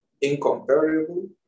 Incomparable